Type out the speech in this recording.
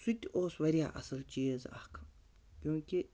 سُہ تہِ اوس واریاہ اَصٕل چیٖز اَکھ کیونکہ